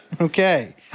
Okay